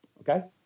Okay